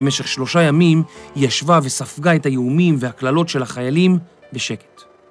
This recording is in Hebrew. ‫במשך שלושה ימים היא ישבה וספגה ‫את האיומים והקללות של החיילים בשקט.